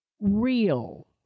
real